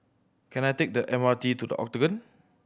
can I take the M R T to The Octagon